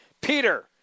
Peter